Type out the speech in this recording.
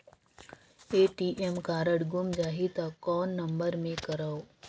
ATM card गुम जाही त कौन नम्बर मे करव?